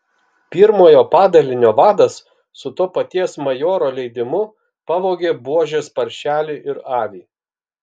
pirmojo padalinio vadas su to paties majoro leidimu pavogė buožės paršelį ir avį